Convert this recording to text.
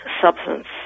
Substance